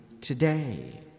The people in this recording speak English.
today